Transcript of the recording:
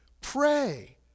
Pray